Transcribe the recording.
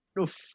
Oof